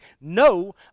No